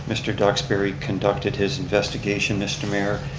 mr. duxbury conducted his investiagtion, mr. mayor.